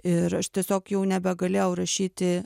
ir aš tiesiog jau nebegalėjau rašyti